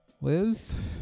Liz